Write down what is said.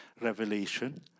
revelation